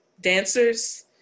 dancers